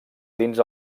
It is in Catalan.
dins